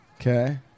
Okay